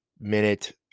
minute